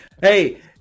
Hey